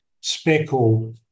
Speckle